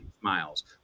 miles